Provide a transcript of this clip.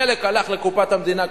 חלק הלך לקופת המדינה,